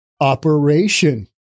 operation